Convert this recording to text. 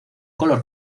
color